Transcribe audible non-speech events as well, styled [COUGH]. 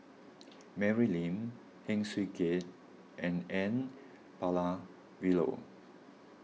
[NOISE] Mary Lim Heng Swee Keat and N Palanivelu